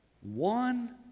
one